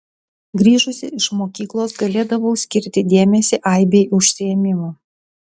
grįžusi iš mokyklos galėdavau skirti dėmesį aibei užsiėmimų